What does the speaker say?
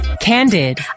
Candid